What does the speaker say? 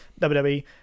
WWE